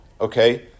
Okay